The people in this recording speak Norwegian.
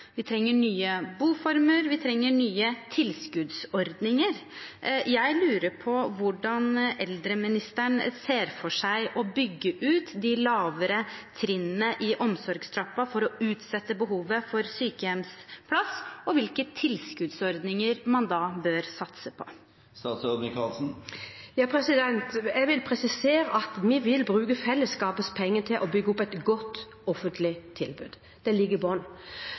Vi trenger nye boformer, vi trenger nye tilskuddsordninger. Jeg lurer på hvordan eldreministeren ser for seg å bygge ut de lavere trinnene i omsorgstrappen for å utsette behovet for sykehjemsplass, og hvilke tilskuddsordninger man da bør satse på. Jeg vil presisere at vi vil bruke fellesskapets penger til å bygge opp et godt offentlig tilbud. Det ligger